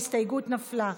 ההסתייגות נפלה.